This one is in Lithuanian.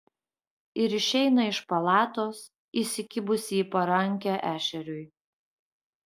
ir išeina iš palatos įsikibusi į parankę ešeriui